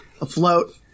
afloat